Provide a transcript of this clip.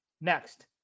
next